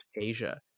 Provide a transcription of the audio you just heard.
Asia